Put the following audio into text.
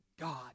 God